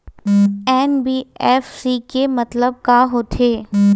NBFC के मतलब का होथे?